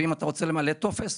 ואם אתה רוצה למלא טופס,